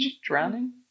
drowning